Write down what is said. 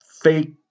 fake